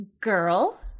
Girl